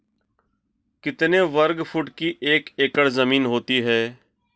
कितने वर्ग फुट की एक एकड़ ज़मीन होती है?